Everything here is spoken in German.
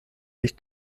sich